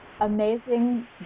amazing